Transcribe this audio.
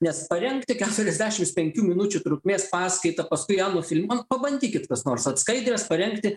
nes parengti keturiasdešims penkių minučių trukmės paskaitą paskui ją nufilmuot pabandykit kas nors vat skaudres parengti